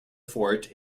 fort